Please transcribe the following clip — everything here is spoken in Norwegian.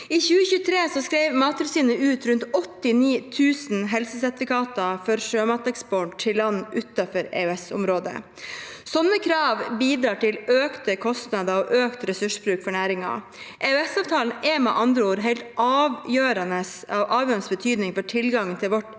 I 2023 skrev Mattilsynet ut rundt 89 000 helsesertifikater for sjømateksport til land utenfor EØS-området. Slike krav bidrar til økte kostnader og økt ressursbruk for næringen. EØS-avtalen er med andre ord av helt avgjørende betydning for tilgangen til vårt